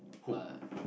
but